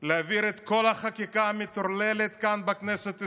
להעביר את כל החקיקה המטורללת כאן בכנסת ישראל.